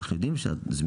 אנחנו יודעים שהזמינות